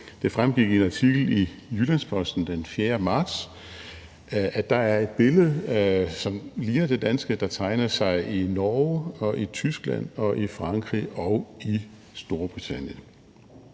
Det fremgik i en artikel i Jyllands-Posten den 4. marts, at det er et billede, som ligner det danske, der tegner sig i Norge, i Tyskland, i Frankrig og i Storbritannien.